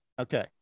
Okay